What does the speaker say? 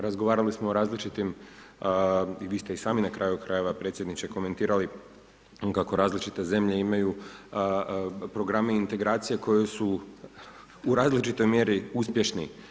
Razgovarali smo o različitim i vi ste i sami, na kraju krajeva, predsjedniče komentirali, kako različite zemlje imaju programe integracije, koje su u različitoj mjeri uspješni.